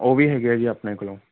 ਉਹ ਵੀ ਹੈਗੇ ਜੀ ਆਪਣੇ ਕੋਲ